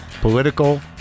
political